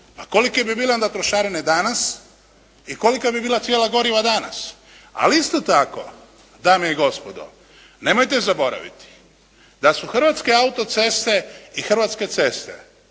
kolike bi bile onda trošarine danas i kolika bi bila cijena goriva danas. Ali isto tako, dame i gospodo nemojte zaboraviti da su Hrvatske auto-ceste i Hrvatske ceste